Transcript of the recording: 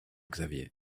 xavier